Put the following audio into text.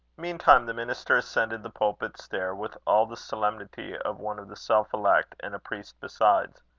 meantime the minister ascended the pulpit stair, with all the solemnity of one of the self-elect, and a priest besides.